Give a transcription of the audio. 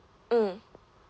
mm